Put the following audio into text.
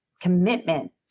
commitment